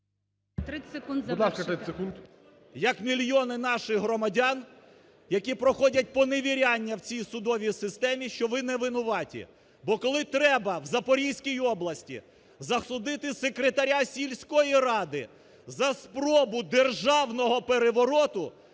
30 секунд. СОБОЛЄВ С.В. …як мільйони наших громадян, які проходять поневіряння в цій судовій системі, що ви не винуваті. Бо коли треба в Запорізькій області засудити секретаря сільської ради за спробу державного перевороту